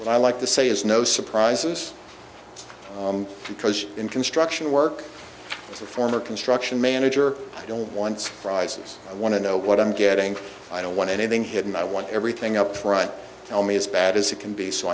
and i like to say is no surprises because in construction work the former construction manager i don't want rises i want to know what i'm getting i don't want anything hidden i want everything up right now me as bad as it can be so